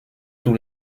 tous